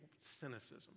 cynicism